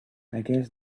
guess